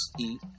eat